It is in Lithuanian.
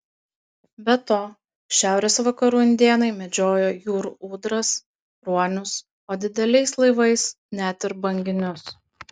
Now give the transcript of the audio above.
be to šiaurės vakarų indėnai medžiojo jūrų ūdras ruonius o dideliais laivais net ir banginius